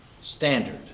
standard